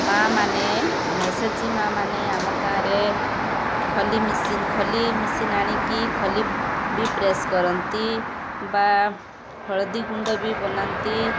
ମା' ମାନେ ଆମ ଏସ୍ ଏଚ୍ ଜି ମା' ମାନେ ଆମ ଗାଁରେ ଖଲି ମେସିନ୍ ଖଲି ମେସିନ୍ ଆଣିକି ଖଲି ବି ପ୍ରେସ୍ କରନ୍ତି ବା ହଳଦୀ ଗୁଣ୍ଡ ବି ବନାନ୍ତି